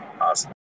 Awesome